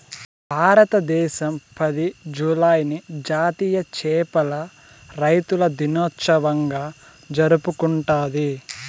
భారతదేశం పది, జూలైని జాతీయ చేపల రైతుల దినోత్సవంగా జరుపుకుంటాది